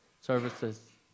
services